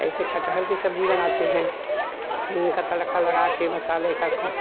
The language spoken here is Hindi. ऐसे कटहल की सब्जी बनाते हैं हींग का तड़का लगाके मसाले का खूब